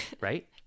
Right